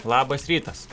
labas rytas